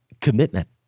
commitment